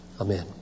Amen